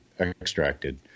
extracted